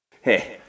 Hey